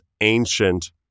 ancient